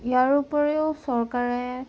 ইয়াৰ উপৰিও চৰকাৰে